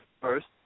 first